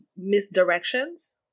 misdirections